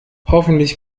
hoffentlich